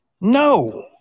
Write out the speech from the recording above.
No